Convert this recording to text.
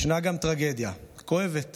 יש גם טרגדיה כואבת